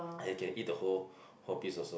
you can eat the whole whole piece also